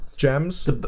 Gems